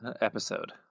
episode